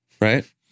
right